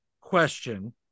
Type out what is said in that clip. question